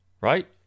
right